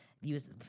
use